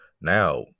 now